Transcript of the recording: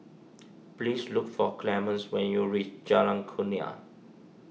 please look for Clemence when you reach Jalan Kurnia